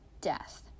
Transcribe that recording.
death